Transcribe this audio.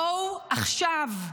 בואו עכשיו.